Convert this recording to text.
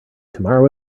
tomorrow